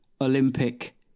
Olympic